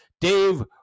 Dave